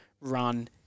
run